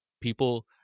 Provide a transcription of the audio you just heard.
people